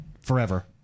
forever